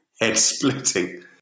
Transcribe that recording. head-splitting